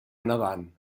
nedant